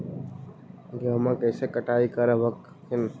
गेहुमा कैसे कटाई करब हखिन?